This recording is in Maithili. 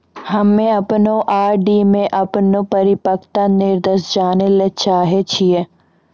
हम्मे अपनो आर.डी मे अपनो परिपक्वता निर्देश जानै ले चाहै छियै